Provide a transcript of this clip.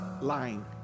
lying